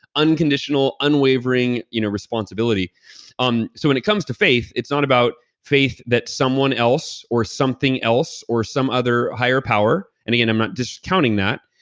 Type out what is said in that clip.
unconditional, unwavering, you know responsibility um so when it comes to faith, it's not about faith that someone else or something else or some other higher power. and again, i'm not discounting that,